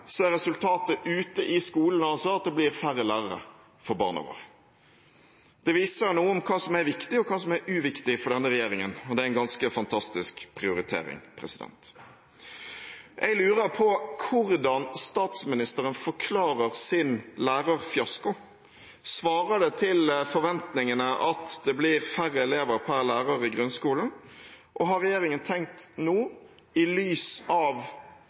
er resultatet ute i skolene at det blir færre lærere for barna våre. Det viser noe om hva som er viktig, og hva som er uviktig for denne regjeringen, og det er en ganske fantastisk prioritering. Jeg lurer på hvordan statsministeren forklarer sin lærerfiasko. Svarer det til forventningene at det blir færre lærere per elev i grunnskolen, og har regjeringen tenkt nå, i lys av